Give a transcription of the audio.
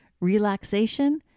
relaxation